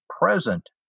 present